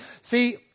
See